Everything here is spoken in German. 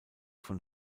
von